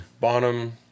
Bonham